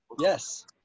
Yes